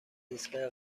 ایستگاه